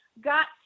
got